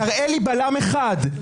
תראה לי בלם אחד,